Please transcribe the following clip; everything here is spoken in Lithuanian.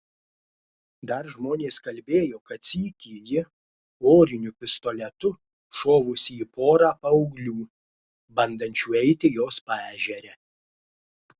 dar žmonės kalbėjo kad sykį ji oriniu pistoletu šovusi į porą paauglių bandančių eiti jos paežere